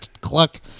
Cluck